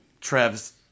Trev's